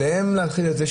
עליהם להחיל את זה.